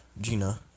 Gina